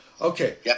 Okay